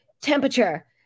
temperature